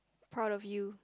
proud of you